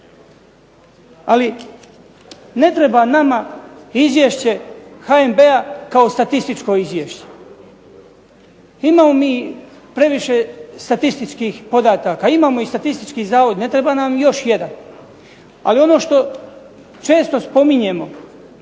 Ali ne treba nama izvješće HNB-a kao statističko izvješće, imamo mi previše statističkih podataka, imamo statistički zavod ne treba nam još jedan. Ali ono što često spominjemo,